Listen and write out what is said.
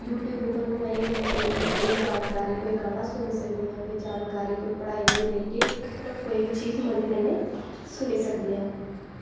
YouTube उप्पर में मज़े कन्नै कोई बी जेह्ड़ी जानकारी कोई गाना सुनी सकदे ओ जानकारी कोई पढ़ाई दे रिलेटिड मतलब कोई बी चीज मज़े कन्नै सुनी सकदे आं